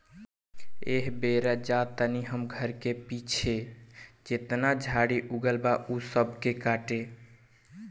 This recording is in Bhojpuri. एह बेरा हम जा तानी घर के पीछे जेतना झाड़ी उगल बा ऊ सब के काटे